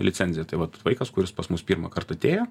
licenziją tai vat vaikas kuris pas mus pirmąkart atėjo